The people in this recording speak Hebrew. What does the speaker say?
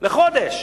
לחודש.